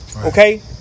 okay